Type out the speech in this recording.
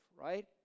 right